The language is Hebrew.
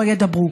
לא ידברו.